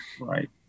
Right